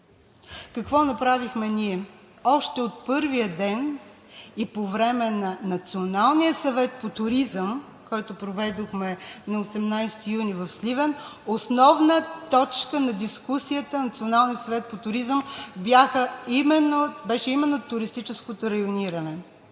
Какво направихме ние? Още от първия ден и по време на Националния съвет по туризъм, който проведохме на 18 юни в Сливен, основна точка на дискусията беше именно туристическото райониране.